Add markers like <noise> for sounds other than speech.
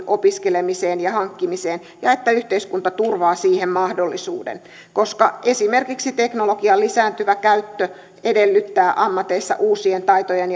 <unintelligible> opiskelemiseen ja hankkimiseen ja että yhteiskunta turvaa siihen mahdollisuuden koska esimerkiksi teknologian lisääntyvä käyttö edellyttää ammateissa uusien taitojen <unintelligible>